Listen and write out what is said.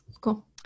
Cool